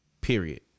period